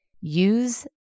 Use